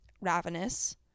ravenous